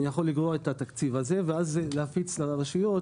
אני יכול לגרוע את התקציב הזה, ואז להפיץ לרשויות